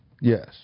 Yes